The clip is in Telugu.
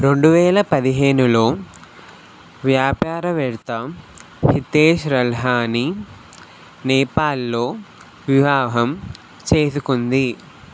రెండు వేల పదిహేనులో వ్యాపారవేత్త హితేష్ రల్హాన్ని నేపాల్లో వివాహం చేసుకుంది